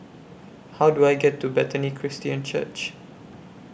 How Do I get to Bethany Christian Church